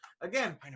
again